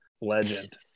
legend